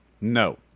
No